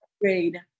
grade